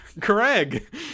Craig